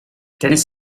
tennis